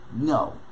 no